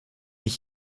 mich